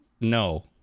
no